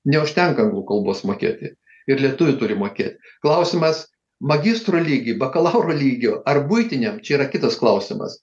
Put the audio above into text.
neužtenka anglų kalbos mokėti ir lietuviai turi mokėt klausimas magistro lygy bakalauro lygy ar buitiniam čia yra kitas klausimas